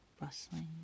rustling